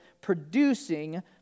producing